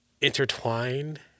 intertwined